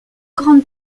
grandes